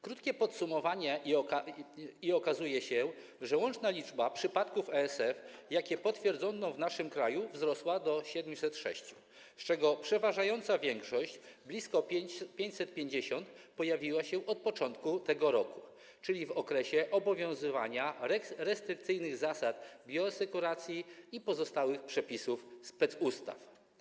Krótkie podsumowanie i okazuje się, że łączna liczba przypadków ASF, jakie potwierdzono w naszym kraju, wzrosła do 706, z czego przeważająca większość, blisko 550, pojawiła się od początku tego roku, czyli w okresie obowiązywania restrykcyjnych zasad bioasekuracji i pozostałych przepisów specustaw.